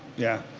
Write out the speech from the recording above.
yeah.